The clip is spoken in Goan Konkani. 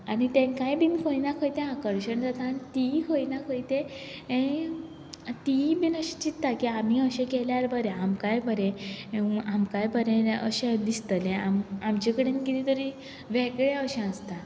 आनी तेंकाय बीन खंय ना खंय ते आकर्शण जाता आनी तीय खंय ना खंय ते हें तियी बीन अशें चिंतता की आमीय अशें केल्यार बरें आमकांय बरें आमकांय बरें अशें दिसतलें आम आमचें कडेन किदें तरी वेगळें अशें आसता